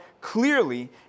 clearly